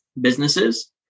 businesses